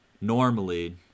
normally